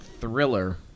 thriller